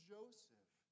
Joseph